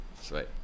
Sweet